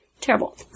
Terrible